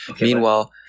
meanwhile